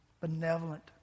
benevolent